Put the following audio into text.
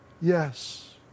Yes